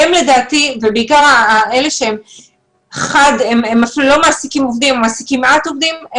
בעיקר אלה שהם אפילו לא מעסיקים עובדים או מעסיקים מעט עובדים,